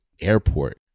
airport